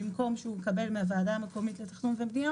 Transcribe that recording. במקום שהוא מקבל מהוועדה המקומית לתכנון ובנייה,